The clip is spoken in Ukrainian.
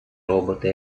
робота